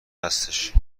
هستش